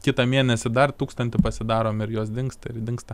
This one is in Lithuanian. kitą mėnesį dar tūkstantį pasidarom ir jos dingsta ir dingsta